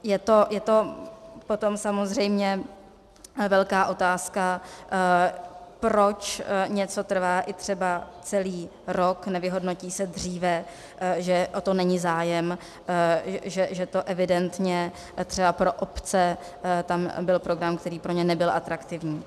Je to potom samozřejmě velká otázka, proč něco trvá i třeba celý rok, nevyhodnotí se dříve, že o to není zájem, že evidentně třeba pro obce tam byl program, který pro ně nebyl atraktivní.